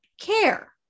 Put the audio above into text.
care